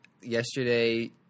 yesterday